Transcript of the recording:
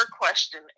question